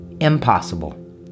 impossible